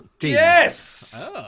Yes